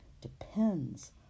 depends